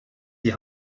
die